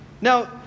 Now